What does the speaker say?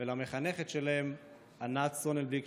והמחנכת שלהם ענת סוננבליק,